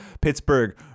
Pittsburgh